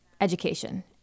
education